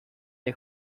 dai